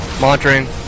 Monitoring